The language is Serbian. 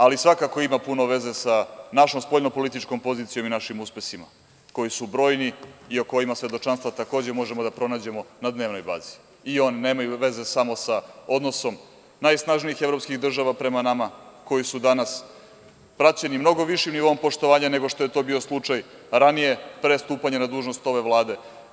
Ali, svakako ima puno veze sa našom spoljnopolitičkom pozicijom i našim uspesima, koji su brojni i o kojima svedočanstva takođe možemo da pronađemo na dnevnoj bazi i oni nemaju veze samo sa odnosom najsnažnijih evropskih država prema nama, koji su danas praćeni mnogo višim nivoom poštovanja nego što je to bio slučaj ranije, pre stupanja na dužnost ove Vlade.